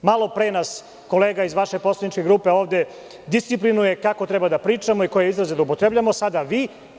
Malopre nas kolega iz vaše poslaničke grupe disciplinuje kako treba da pričamo i koje izraze da upotrebljavamo, a sada vi.